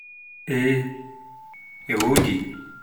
eh e wodi